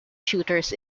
shooters